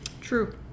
True